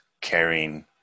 caring